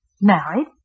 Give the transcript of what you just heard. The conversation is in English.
Married